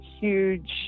huge